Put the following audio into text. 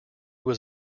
was